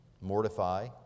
mortify